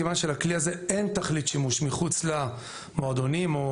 כיוון שלכלי הזה אין תכלית שימוש מחוץ למועדונים או